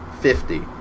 fifty